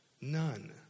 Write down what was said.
none